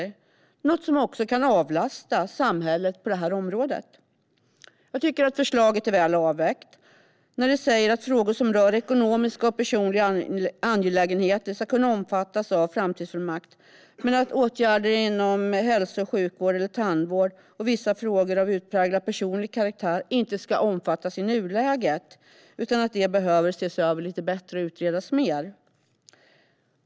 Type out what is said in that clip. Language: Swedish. Det är något som också kan avlasta samhället på det här området. Förslaget är väl avvägt när det säger att frågor som rör ekonomiska och personliga angelägenheter ska kunna omfattas av en framtidsfullmakt men att åtgärder inom hälso och sjukvård eller tandvård och vissa frågor av utpräglat personlig karaktär inte ska omfattas i nuläget utan att det behöver ses över lite bättre och utredas mer.